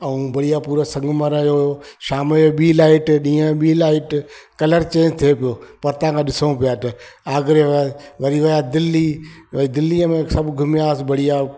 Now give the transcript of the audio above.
ऐं बढ़िया पूरो संगमर जो शाम जो ॿी लाइट ॾींहुं जो ॿी लाइट कलर चेंज थिए पियो परिते खां ॾिसा पियो था आगरा में वरी विया दिल्ली दिल्लीअ में सभु घुमियासीं बढ़िया